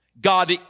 God